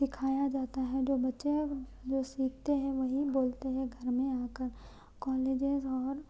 سکھایا جاتا ہے جو بچے سیکھتے ہیں وہی بولتے ہیں گھر میں آ کر کالجیز اور